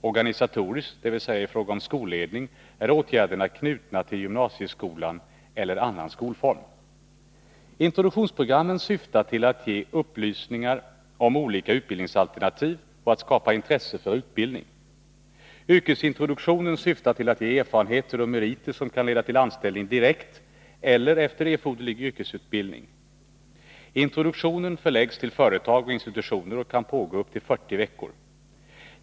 Organisatoriskt — dvs. i fråga om skolledning — är åtgärderna knutna till gymnasieskolan eller annan skolform. Introduktionsprogrammen syftar till att ge upplysningar om olika utbildningsalternativ och att skapa intresse för utbildning. Yrkesintroduktionen syftar till att ge erfarenheter och meriter som kan leda till anställning direkt eller efter erforderlig yrkesutbildning. Introduktionen förläggs till företag och institutioner och kan pågå upp till 40 veckor.